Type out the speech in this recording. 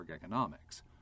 Economics